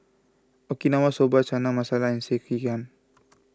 Okinawa Soba Chana Masala and Sekihan